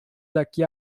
daqui